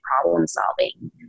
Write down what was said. problem-solving